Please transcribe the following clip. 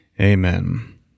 amen